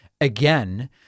again